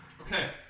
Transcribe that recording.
Okay